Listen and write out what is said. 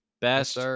Best